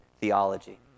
theology